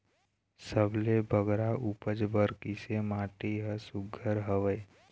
सबले बगरा उपज बर किसे माटी हर सुघ्घर हवे?